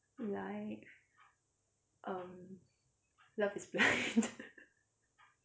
like um love is blind